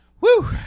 Woo